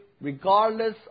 regardless